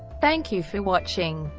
thank you for watching.